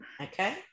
Okay